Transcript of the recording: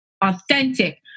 authentic